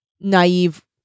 naive